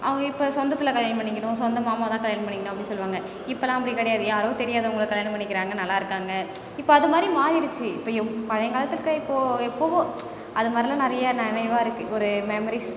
அவங்க இப்போ சொந்தத்தில் கல்யாணம் பண்ணிக்கணும் சொந்த மாமாவை தான் கல்யாணம் பண்ணிக்கணும் அப்படின்னு சொல்லுவாங்க இப்போலாம் அப்படி கிடையாது யாரோ தெரியாதவங்களை கல்யாணம் பண்ணிக்கிறாங்க நல்லாயிருக்காங்க இப்போ அதுமாதிரி மாறிடுச்சு இப்போ பழையக்காலத்துக்கு இப்போது எப்போவோ அதுமாதிரிலாம் நிறைய நினைவா இருக்குது ஒரு மெமரிஸ்